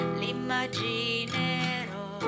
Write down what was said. l'immaginerò